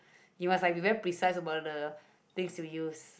you must be like very precise about the things you use